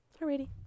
Alrighty